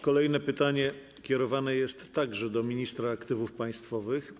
Kolejne pytanie kierowane jest także do ministra aktywów państwowych.